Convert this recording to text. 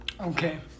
Okay